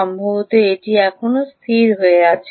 সম্ভবত এটি এখনও স্থির হয়ে উঠছে